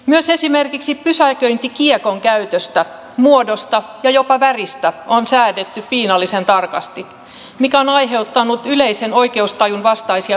myös esimerkiksi pysäköintikiekon käytöstä muodosta ja jopa väristä on säädetty piinallisen tarkasti mikä on aiheuttanut yleisen oikeustajun vastaisia pysäköintivirhemaksuja